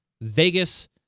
Vegas